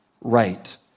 right